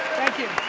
thank you,